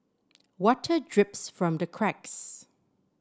water drips from the cracks